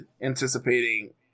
anticipating